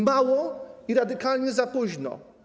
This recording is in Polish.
Mało i radykalnie za późno.